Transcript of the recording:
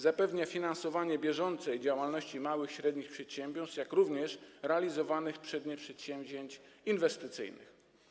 Zapewnia ona finansowanie bieżącej działalności małych i średnich przedsiębiorstw, jak również realizowanych przez nie przedsięwzięć inwestycyjnych.